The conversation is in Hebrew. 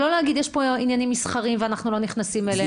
ולא להגיד שיש פה עניינים מסחריים שאתם לא נכנסים אליהם.